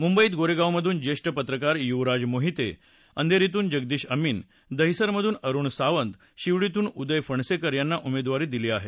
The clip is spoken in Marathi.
मुंबईत गोरेगावमधून ज्येष्ठ पत्रकार युवराज मोहिते अंधेरीतून जगदीश अमीन दहिसर मधून अरुण सावंत शिवडीतून उदय फणसेकर यांना उमेदवारी दिली आहे